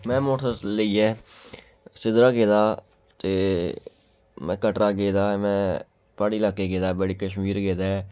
में motor cycle लेइयै सिद्धरा गेदा ते में कटरा गेदा ऐ में प्हाड़ी लाके गेदा ऐ बड़ी कश्मीर गेदा ऐ